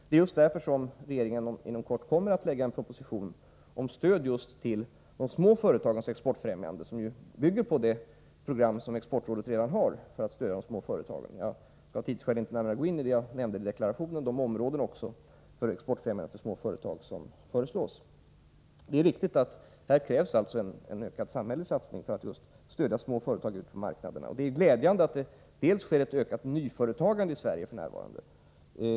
Det är just därför som regeringen inom kort kommer att lägga fram en proposition om stöd just till de små företagens exportfrämjande, som ju bygger på det program som exportrådet redan har för att stödja de små företagen. Jag skall av tidsskäl nu inte närmare gå in på det; jag nämnde i deklarationen de åtgärder för exportfrämjandet till småföretag som föreslås. Det är riktigt att det här krävs en ökad samhällelig satsning för att stödja just småföretagen på exportmarknaden. Det är glädjande att det sker ett ökat nyföretagande i Sverige f. n.